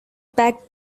back